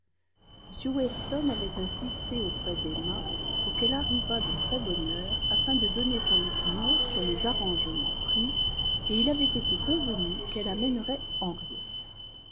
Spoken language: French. m weston avait insisté auprès d'emma pour qu'elle arrivât de très bonne heure afin de donner son opinion sur les arrangements pris et il avait été convenu qu'elle amènerait henriette